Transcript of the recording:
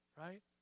Right